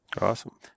Awesome